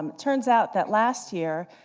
turns out that last year,